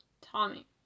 Tommy